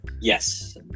Yes